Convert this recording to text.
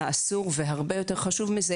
מה אסור והרבה יותר חשוב מזה,